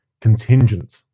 contingent